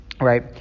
right